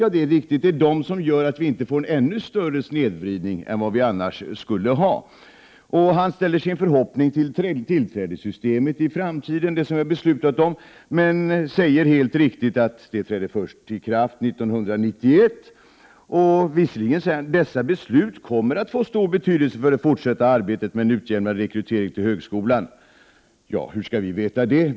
Ja, det är de som gör att snedvridningen inte är större än den annars skulle vara. Han ställer sin förhoppning till det tillträdessystem som har beslutats, men det träder i kraft först 1991. Han säger att dessa beslut kommer att få stor betydelse för det fortsatta arbetet med en utjämnad rekrytering till högskolan, men hur skall vi veta det?